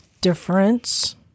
difference